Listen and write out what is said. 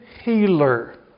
healer